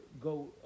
go